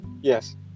Yes